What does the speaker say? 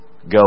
Go